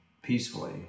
peacefully